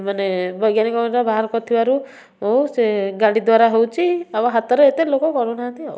ମାନେ ବୈଜ୍ଞାନିକ ମାନେ ବାହାର କରିଥିବାରୁ ସେ ଗାଡ଼ି ଦ୍ୱାରା ହେଉଛି ଆଉ ହାତରେ ଏତେ ଲୋକ କରୁନାହାନ୍ତି ଆଉ